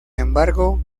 embargo